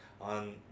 on